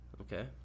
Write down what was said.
Okay